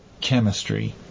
chemistry